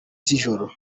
z’ijoro